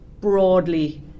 broadly